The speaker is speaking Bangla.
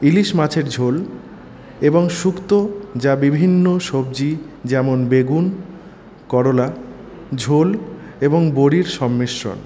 ইলিশ মাছের ঝোল এবং শুক্ত যা বিভিন্ন সবজি যেমন বেগুন করলা ঝোল এবং বড়ির সংমিশ্রণ